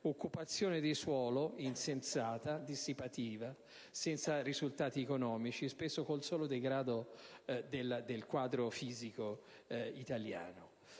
occupazione di suolo, insensata, dissipata, senza risultati economici, spesso con il solo degrado del quadro fisico italiano.